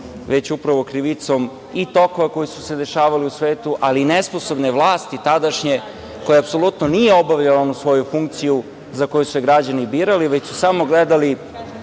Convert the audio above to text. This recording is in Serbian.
već upravo krivicom i tokova koji su se dešavali u svetu, ali i nesposobne vlasti tadašnje, koja apsolutno nije obavljala onu svoju funkciju za koju su je građani birali, već su samo gledali